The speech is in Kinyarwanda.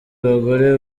bagore